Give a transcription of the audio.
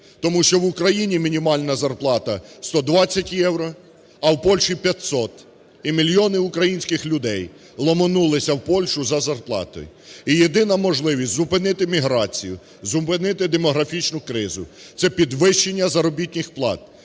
Тому що в Україні мінімальна зарплати 120 євро, а в Польщі 500 і мільйони українських людей ломонулися в Польщі за зарплатою. І єдина можливість зупинити міграцію, зупинити демографічну кризу – це підвищення заробітних плат,